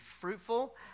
fruitful